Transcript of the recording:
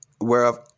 whereof